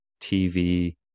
TV